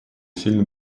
сильно